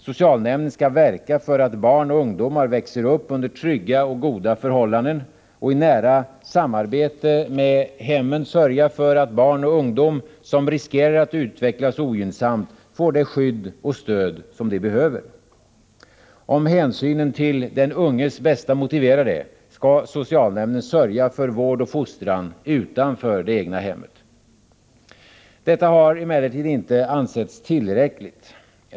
Socialnämnden skall verka för att barn och ungdomar växer upp under trygga och goda förhållanden och i nära samarbete med hemmen sörja för att barn och ungdom som riskerar att utvecklas ogynnsamt får det skydd och stöd som de behöver. Om hänsynen till den unges bästa motiverar det, skall socialnämnden sörja för vård och fostran utanför det egna hemmet. Detta har emellertid inte ansetts tillräckligt.